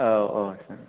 औ औ सार